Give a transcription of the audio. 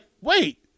wait